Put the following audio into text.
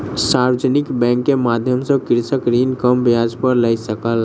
सार्वजानिक बैंक के माध्यम सॅ कृषक ऋण कम ब्याज पर लय सकल